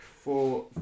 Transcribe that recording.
Four